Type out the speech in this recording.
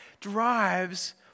drives